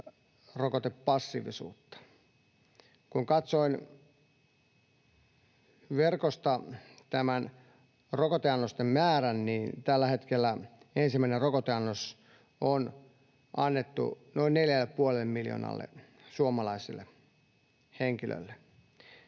rokotepassiivisuutta. Kun katsoin verkosta rokoteannosten määrän, niin tällä hetkellä ensimmäinen rokoteannos on annettu noin 4,5 miljoonalle suomalaiselle henkilölle.